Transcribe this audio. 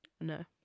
No